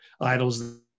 idols